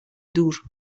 دور